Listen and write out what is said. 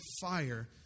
fire